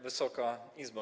Wysoka Izbo!